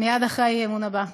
מייד אחרי האי-אמון הבא.